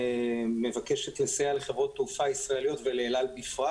מבקשת לסייע לחברות התעופה הישראלית ולאל-על בפרט.